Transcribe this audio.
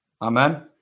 Amen